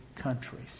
countries